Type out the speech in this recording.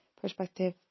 perspective